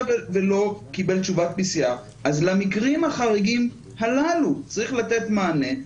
ולא קיבל תשובת PCR. אז למקרים החריגים הללו צריך לתת מענה,